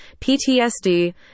PTSD